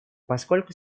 поскольку